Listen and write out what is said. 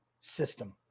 system